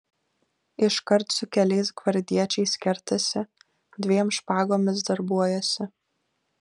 iškart su keliais gvardiečiais kertasi dviem špagomis darbuojasi